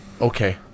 okay